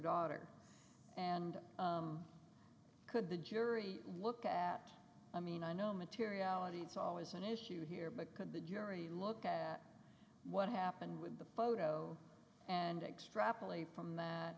daughter and could the jury look at i mean i know materiality it's always an issue here but could the jury look at what happened with the photo and extrapolate from